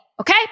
okay